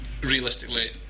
Realistically